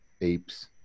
apes